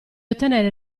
ottenere